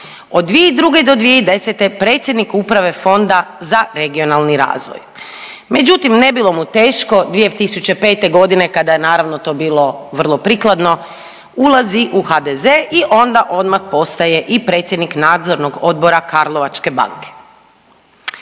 Od 2002. do 2010. predsjednik uprave Fonda za regionalni razvoj. Međutim, ne bilo mu teško 2005. godine kada je naravno to bilo vrlo prikladno ulazi u HDZ i onda odmah postaje i predsjednik nadzornog odbora Karlovačke banke.